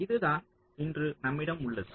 இதுதான் இன்று நம்மிடம் உள்ளது